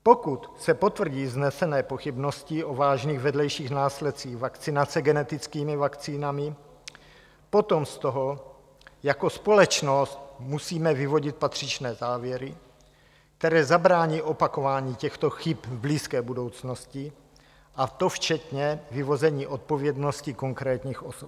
Pokud se potvrdí vznesené pochybnosti o vážných vedlejších následcích vakcinace genetickými vakcínami, potom z toho jako společnost musíme vyvodit patřičné závěry, které zabrání opakování těchto chyb v blízké budoucnosti, a to včetně vyvození odpovědnosti konkrétních osob.